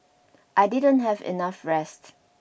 I didn't have enough rest